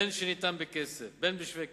בין שניתן בכסף ובין בשווה כסף,